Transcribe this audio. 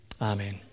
Amen